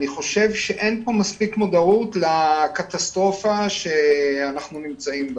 אני חושב שאין פה מספיק מודעות לקטסטרופה שאנחנו נמצאים בה.